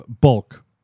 Bulk